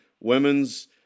Women's